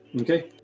Okay